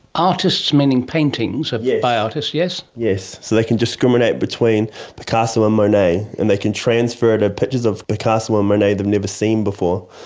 artists meaning paintings yeah by artists, yes? yes, so they can discriminate between picasso and monet, and they can transfer to pictures of picasso and monet they've never seen before.